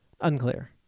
Unclear